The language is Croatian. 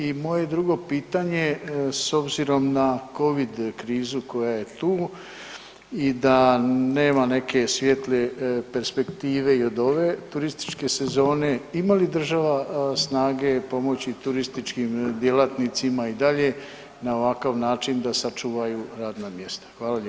I moje drugo pitanje s obzirom na Covid krizu koja je tu i da nema neke svijetle perspektive i od ove turističke sezone ima li država snage pomoći turističkim djelatnicima i dalje na ovakav način da sačuvaju radna mjesta?